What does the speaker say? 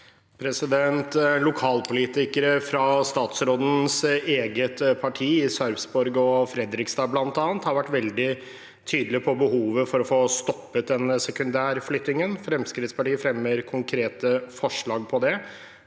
Lokalpolitikere fra statsrådens eget parti, i Sarpsborg og i Fredrikstad bl.a., har vært veldig tydelig på behovet for å få stoppet sekundærflyttingen. Fremskrittspartiet fremmer konkrete forslag om det.